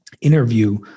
interview